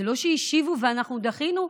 זה לא שהשיבו ואנחנו דחינו,